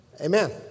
Amen